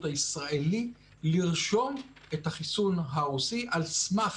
הישראלי לרשום את החיסון הרוסי על סמך